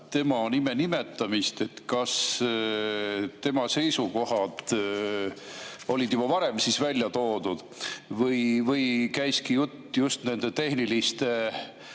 tema nime nimetamist. Kas tema seisukohad olid siis juba varem välja toodud või käiski jutt just nende õigustehniliste